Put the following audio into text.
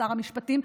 שר המשפטים,